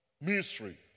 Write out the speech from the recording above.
mystery